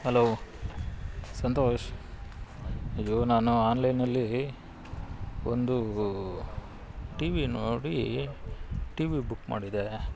hello Santosh ಇದು ನಾನು ಆನ್ಲೈನಲ್ಲಿ ಒಂದು ಟಿವಿ ನೋಡಿ ಟಿವಿ ಬುಕ್ ಮಾಡಿದೆ